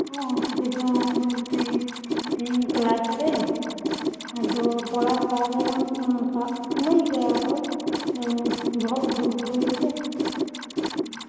ᱚᱥᱩᱵᱤᱫᱟ ᱵᱚᱞᱛᱮ ᱛᱤᱦᱮᱧ ᱠᱞᱟᱥ ᱨᱮ ᱟᱫᱚ ᱯᱚᱲᱟ ᱥᱟᱵᱮ ᱠᱟᱱ ᱥᱟᱵ ᱥᱳᱢᱚᱭ ᱜᱮ ᱟᱫᱚ ᱵᱚᱦᱚᱜ ᱜᱷᱩᱨ ᱜᱷᱩᱨᱟᱹᱣ ᱮᱱᱛᱮ